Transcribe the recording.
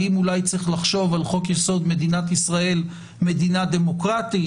האם אולי צריך לחשוב על חוק-יסוד: מדינת ישראל מדינה דמוקרטית,